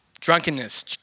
drunkenness